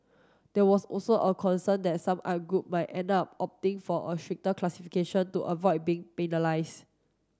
there was also a concern that some art group might end up opting for a stricter classification to avoid being penalise